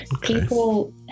people